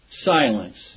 Silence